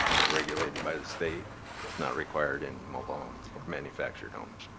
they're regulated by the state it's not required in mobile or manufactured homes.